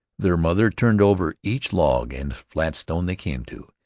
their mother turned over each log and flat stone they came to,